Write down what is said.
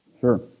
Sure